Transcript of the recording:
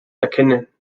erkennen